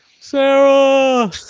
sarah